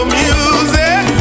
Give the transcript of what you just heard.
music